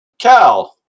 Cal